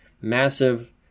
massive